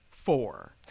Four